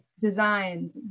designed